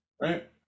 right